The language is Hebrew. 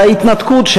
וההתנתקות,